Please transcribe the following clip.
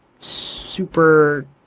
super